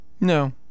No